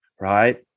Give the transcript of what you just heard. right